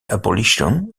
abolition